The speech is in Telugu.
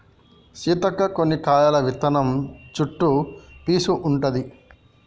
సీతక్క కొన్ని కాయల విత్తనం చుట్టు పీసు ఉంటది